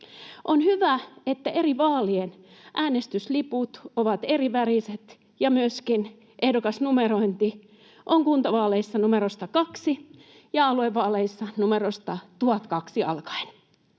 On hyvä, että eri vaalien äänestysliput ovat eriväriset ja myöskin että ehdokasnumerointi on kuntavaaleissa numerosta 2 ja aluevaaleissa numerosta 1002 alkaen.